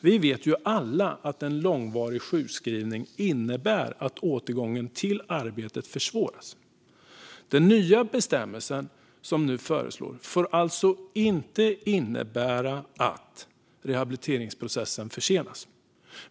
Vi vet alla att en långvarig sjukskrivning innebär att återgången till arbete försvåras. Den nya bestämmelse som nu föreslås får alltså inte innebära att rehabiliteringsprocessen försenas.